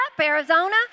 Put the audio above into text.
Arizona